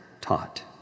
taught